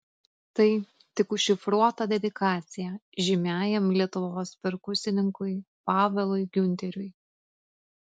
tai tik užšifruota dedikacija žymiajam lietuvos perkusininkui pavelui giunteriui